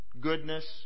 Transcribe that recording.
goodness